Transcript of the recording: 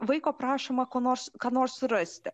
vaiko prašoma ko nors ką nors surasti